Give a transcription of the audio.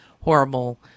horrible